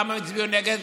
למה הצביעו נגד?